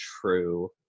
true